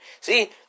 See